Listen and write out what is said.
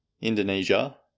Indonesia